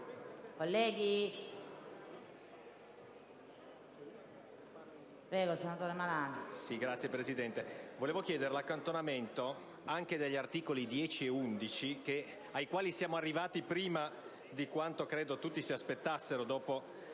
volevo chiedere l'accantonamento anche degli articoli 10 e 11, all'esame dei quali siamo arrivati prima di quanto tutti si aspettassero,